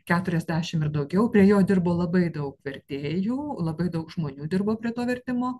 keturiasdešimt ir daugiau prie jo dirbo labai daug vertėjų labai daug žmonių dirbo prie to vertimo